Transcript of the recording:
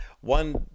one